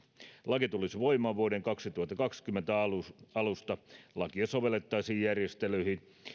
laki tulisi voimaan vuoden kaksituhattakaksikymmentä alusta alusta lakia sovellettaisiin järjestelyihin